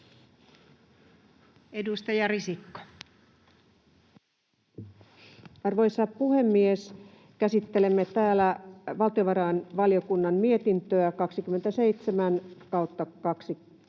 Edustaja Risikko. Arvoisa puhemies! Käsittelemme täällä valtiovarainvaliokunnan mietintöä 27/2021,